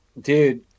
dude